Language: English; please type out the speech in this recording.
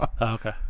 okay